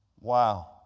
Wow